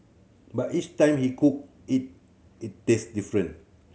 but each time he cook it it taste different